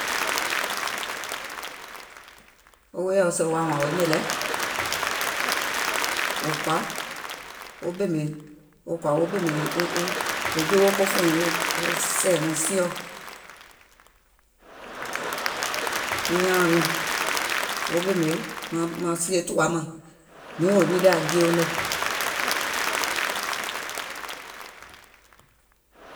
Wo woìɔ sèè wò woàŋ wààŋ wo nyɛ̀lɛ̀, wò kɔ̀à wo ɓèmè, wò kɔ̀à wo ɓèmè e e e, wò jowo ko fùùiŋ wo sɛ̀ɛ̀ wɔŋ sieɔ̀ wɔŋ nyaȧuŋ nɔɔ̀ŋ, wo ɓèmè maŋ, maŋ, maŋ sie tùwa màŋ, miìŋ wò nyilià jieuŋ nɛ̀.